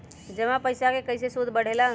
जमा पईसा के कइसे सूद बढे ला?